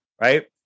right